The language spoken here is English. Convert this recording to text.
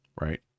right